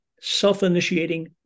self-initiating